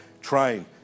train